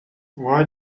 why